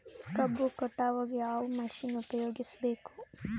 ಕಬ್ಬು ಕಟಾವಗ ಯಾವ ಮಷಿನ್ ಉಪಯೋಗಿಸಬೇಕು?